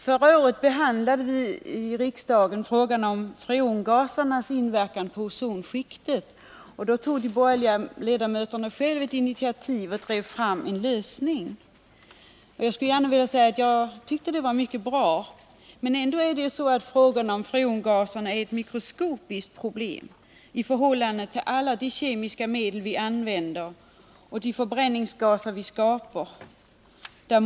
Förra året behandlade vi i riksdagen frågan om freongasernas inverkan på Nr 39 ozonskiktet. Då tog de borgerliga ledamöterna själva ett initiativ och drev Onsdagen den igenom en lösning. Jag vill gärna säga att jag tyckte det var mycket bra, men 28 november 1979 freongaserna är ändå ett mikroskopiskt problem i förhållande till de problem som hör samman med alla de kemiska medel som vi använder och de Luftvård förbränningsgaser som skapas.